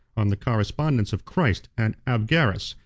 on the correspondence of christ and abgarus,